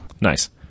Nice